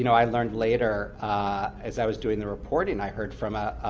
you know i learned later as i was doing the reporting i heard from